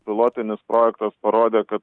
pilotinis projektas parodė kad